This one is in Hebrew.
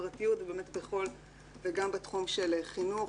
בפרטיות וגם בתחום של חינוך,